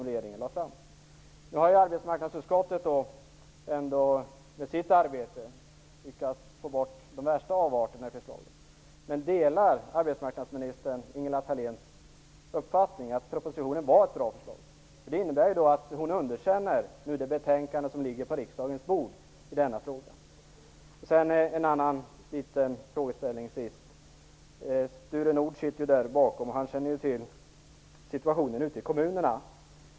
Nu har arbetsmarknadsutskottet ändå i sitt arbete lyckats få bort de värsta avarterna i förslaget. Delar arbetsmarknadsministern Ingela Thaléns uppfattning att propositionen var ett bra förslag? Det innebär ju att hon underkänner det betänkande i denna fråga som nu ligger på riksdagens bord. Till sist har jag en annan frågeställning. Sture Nordh sitter här. Han känner till situationen ute i kommunerna.